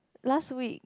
last week